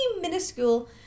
minuscule